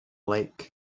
lake